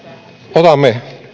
otamme